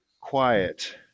quiet